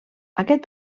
aquest